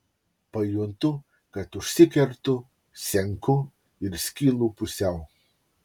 pajuntu kad užsikertu senku ir skylu pusiau